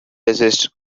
resist